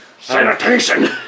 Sanitation